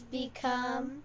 become